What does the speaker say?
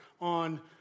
on